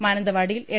മാനന്തവാടിയിൽ എൽ